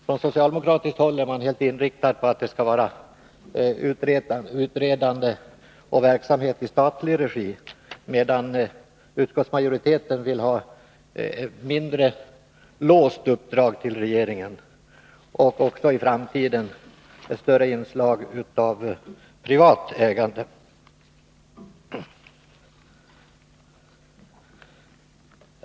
Från socialdemokratiskt håll är man helt inriktad på att utredande och annan verksamhet sker i statlig regi, medan utskottsmajcriteten vill ha ett mindre låst uppdrag till regeringen och även i framtiden ett större inslag av privat ägande.